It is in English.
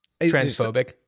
transphobic